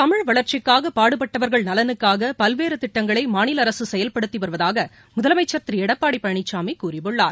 தமிழ் வளர்ச்சிக்காக பாடுபட்டவர்கள் நலனுக்காக பல்வேறு திட்டங்களை மாநில அரசு செயல்படுத்தி வருவதாக முதலமைச்சர் திரு எடப்பாடி பழனிசாமி கூறியுள்ளார்